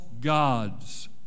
gods